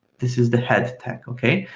this is the head tech, okay?